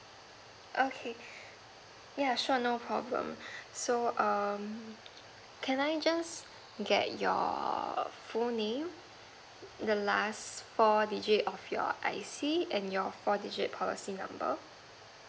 okay yeah sure no problem so um can I just get your full name the last four digit of your I_C and your four digit policy number